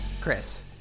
Chris